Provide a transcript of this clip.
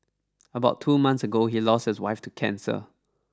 about two months ago he lost his wife to cancer